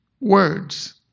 words